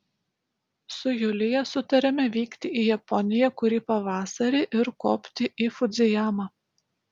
su julija sutarėme vykti į japoniją kurį pavasarį ir kopti į fudzijamą